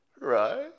Right